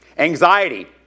Anxiety